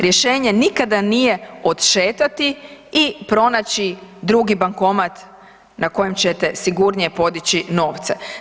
Rješenje nikada nije odšetati i pronaći drugi bankomat na kojem ćete sigurnije podići novce.